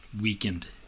weakened